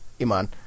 Iman